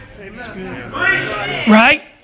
right